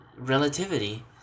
Relativity